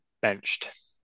benched